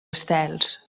estels